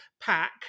pack